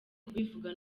kubivuga